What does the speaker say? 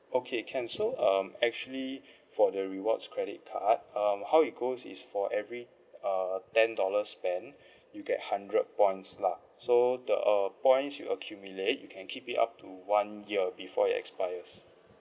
okay can so um actually for the rewards credit card um how it goes is for every uh ten dollars spent you get hundred points lah so the uh points you accumulate you can keep it up to one year before it expires